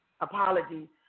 apology